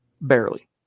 barely